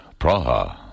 Praha